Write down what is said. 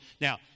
Now